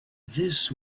this